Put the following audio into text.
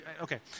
Okay